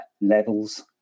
levels